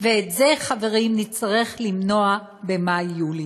ואת זה, חברים, נצטרך למנוע במאי יולי.